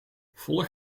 volg